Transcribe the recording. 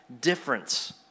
difference